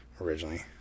originally